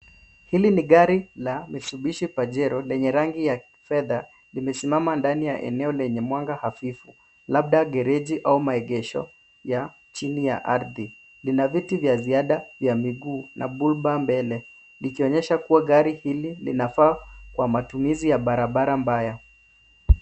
Hili ni gari la Mitsubishi Pajero lenye rangi ya fedha. Limesimama ndani ya eneo lenye mwanga hafifu, labda gereji au maegesho ya chini ya ardhi. Lina viti vya ziada vya miguu, na bullbar mbele, likionyesha kuwa gari hili linafaa kwa matumizi ya barabara mbaya.